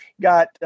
got